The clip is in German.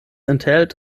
enthält